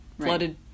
flooded